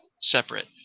separate